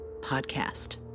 Podcast